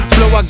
Flow